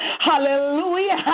hallelujah